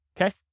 okay